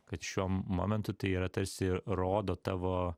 kad šiuo m momentu tai yra tarsi rodo tavo